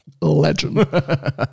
Legend